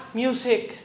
music